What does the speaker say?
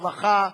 הרווחה,